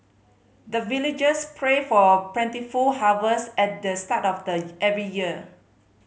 the villagers pray for plentiful harvest at the start of the every year